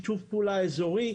שיתוף פעולה אזורי,